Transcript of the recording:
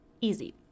easy